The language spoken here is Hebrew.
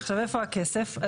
איפה הכסף?